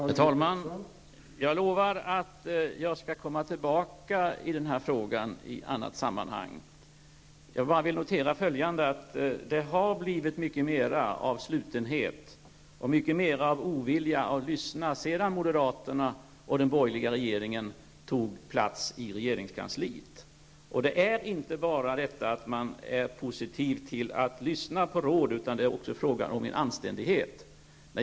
Herr talman! Jag lovar att jag i annat sammanhang skall komma tillbaka i den här frågan. Jag vill nu bara notera följande: Det har blivit mycket mer av slutenhet och mycket mer av ovilja att lyssna sedan moderaterna och den borgerliga regeringen tog plats i regeringskansliet. Det viktiga i detta sammanhang är inte bara att man skall vara positiv till att lyssna på råd, utan det är också fråga om en anständighet.